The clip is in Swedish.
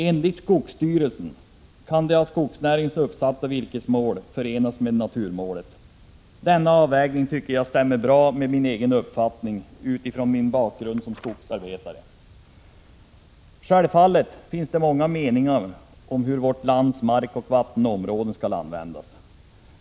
Enligt skogsstyrelsen kan det av skogsnäringen uppsatta virkesmålet förenas med naturmålet. Denna avvägning tycker jag stämmer bra med min egen uppfattning utifrån min bakgrund som skogsarbetare. Självfallet finns det många meningar om hur vårt lands markoch vattenområden skall användas.